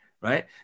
right